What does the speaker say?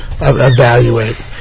evaluate